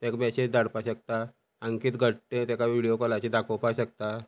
तेका मेसेज धाडपाक शकता हांगा कितें घडटा तें तेका विडिओ कॉलाचे दाखोवपा शकता